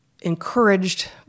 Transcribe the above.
encouraged